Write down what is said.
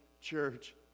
church